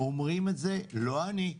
אומרים את זה לא אני,